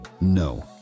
No